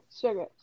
Sugar